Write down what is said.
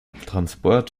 transport